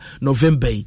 November